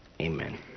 Amen